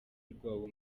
rwabo